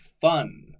fun